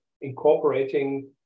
incorporating